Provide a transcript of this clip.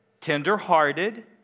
tenderhearted